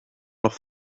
noch